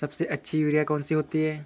सबसे अच्छी यूरिया कौन सी होती है?